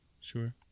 sure